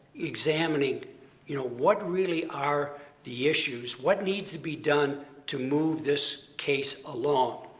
examining you know what really are the issues. what needs to be done to move this case along?